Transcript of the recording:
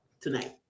tonight